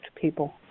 people